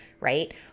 right